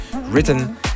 written